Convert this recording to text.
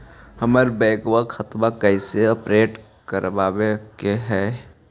हमर बैंक खाता कैसे अपडेट करबाबे के है?